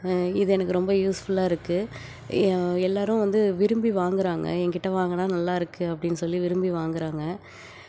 இது எனக்கு ரொம்ப யூஸ்ஃபுல்லாக இருக்குது எல்லாரும் வந்து விரும்பி வாங்குறாங்க என்கிட்ட வாங்கினா நல்லா இருக்குது அப்படினு சொல்லி விரும்பி வாங்குறாங்க